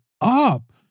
up